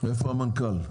איפה המנכ"ל?